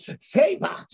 Favor